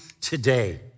today